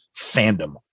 fandom